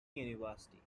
university